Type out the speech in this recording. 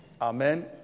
Amen